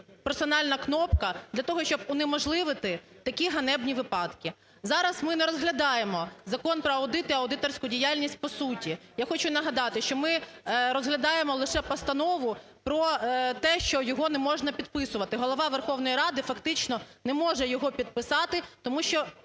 персональна кнопка для того, щоб унеможливити такі ганебні випадки. Зараз ми не розглядаємо Закон про аудит і аудиторську діяльність по-суті, я хочу нагадати, що ми розглядаємо лише постанову про те, що його не можна підписувати. Голова Верховної Ради фактично не може його підписати тому що